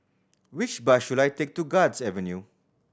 which bus should I take to Guards Avenue